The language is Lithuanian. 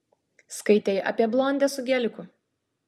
skaitei apie blondę su geliku